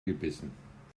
gebissen